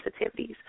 sensitivities